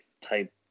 type